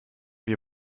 wir